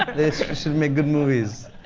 make good movies.